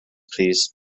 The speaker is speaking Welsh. plîs